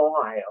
Ohio